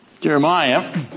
Jeremiah